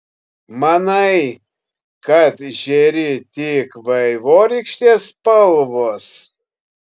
manai kad žėri tik vaivorykštės spalvos